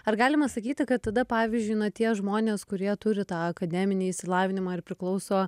ar galima sakyti kad tada pavyzdžiui na tie žmonės kurie turi tą akademinį išsilavinimą ir priklauso